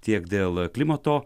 tiek dėl klimato